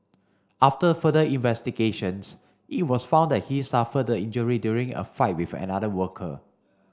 after further investigations it was found that he suffered the injury during a fight with another worker